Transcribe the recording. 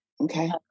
Okay